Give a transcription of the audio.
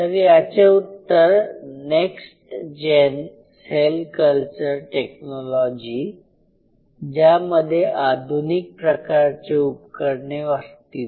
तर याचे उत्तर next gen cell culture technology ज्यामध्ये आधुनिक प्रकारचे उपकरणे असतील